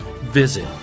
Visit